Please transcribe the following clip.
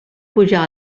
pujar